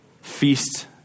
feast